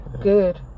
Good